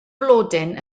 blodyn